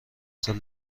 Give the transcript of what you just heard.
سال